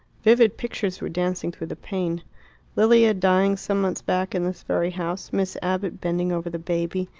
vivid pictures were dancing through the pain lilia dying some months back in this very house, miss abbott bending over the baby,